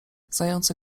zające